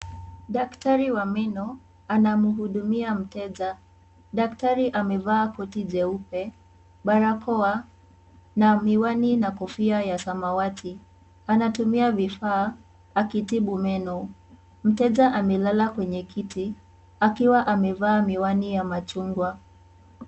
Daktari wa meno anamhudumia mteja. Daktari amevaa koti jeupe, barakoa na miwani na kofia ya samawati. Anatumia vifaa akitibu meno. Mteja amelala kwenye kiti akiwa amevaa miwani ya machungwa.